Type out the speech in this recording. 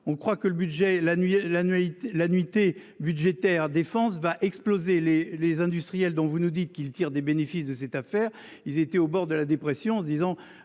la nuit l'annuité budgétaire défense va exploser les les industriels dont vous nous dites qu'ils tirent des bénéfices de cette affaire, il était au bord de la dépression se disant.